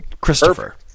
Christopher